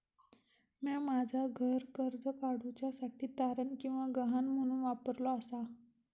म्या माझा घर कर्ज काडुच्या साठी तारण किंवा गहाण म्हणून वापरलो आसा